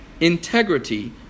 integrity